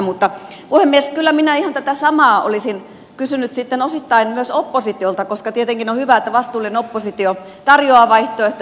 mutta puhemies kyllä minä ihan tätä samaa olisin kysynyt sitten osittain myös oppositiolta koska tietenkin on hyvä että vastuullinen oppositio tarjoaa vaihtoehtoja